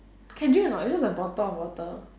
can drink or not it's just a bottle of water